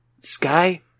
Sky